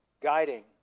guiding